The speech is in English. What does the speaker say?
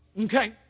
Okay